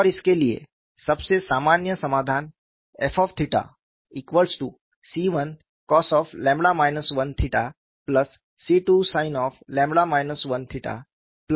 और इसके लिए सबसे सामान्य समाधान fC1cos 1C2sin 1C3cos1C4sin1 है